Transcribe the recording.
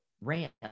ramp